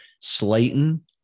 Slayton